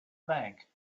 bank